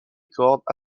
records